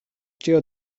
ĉio